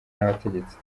n’abategetsi